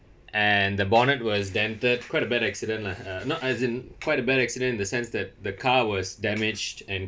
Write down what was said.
and the bonnet was dented quite a bad accident lah uh not as in quite a bad accident in the sense that the car was damaged and